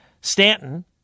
Stanton